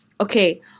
okay